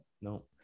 No